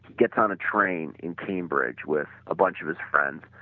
gets on a train in cambridge with a bunch of his friends.